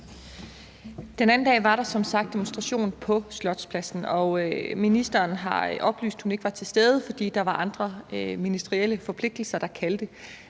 Den anden dag var der som sagt demonstration på Slotspladsen, og ministeren har oplyst, at hun ikke var til stede, fordi der var andre ministerielle forpligtelser, der kaldte.